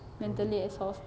mentally exhausting